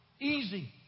Easy